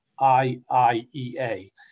IIEA